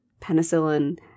penicillin